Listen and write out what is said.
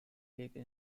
league